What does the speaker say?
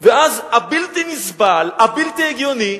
ואז הבלתי-נסבל, הבלתי-הגיוני,